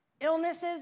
Illnesses